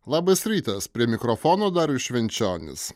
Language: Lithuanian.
labas rytas prie mikrofono darius švenčionis